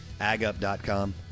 agup.com